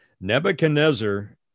Nebuchadnezzar